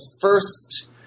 first